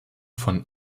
von